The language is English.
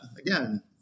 again